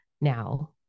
now